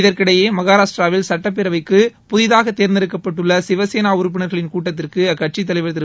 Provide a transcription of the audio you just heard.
இதற்கிடையே மகராஷ்டிராவில் சட்டப்பேரவைக்கு புதிதாக தேர்ந்தெடுக்கப்பட்டுள்ள சிவசேனா உறுப்பினர்களின் கூட்டத்திற்கு அக்கட்சித் தலைவர் திரு